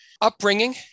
Upbringing